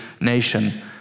nation